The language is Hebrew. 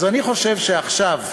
אז אני חושב שעכשיו,